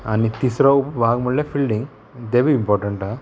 आनी तिसरो भाग म्हणल्यार फिल्डींग ते बी इमपोर्टंट आहा